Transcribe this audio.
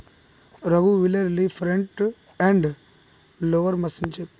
रघुवीरेल ली front end loader machine छेक